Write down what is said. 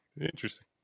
Interesting